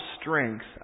strength